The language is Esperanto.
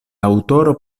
aŭtoro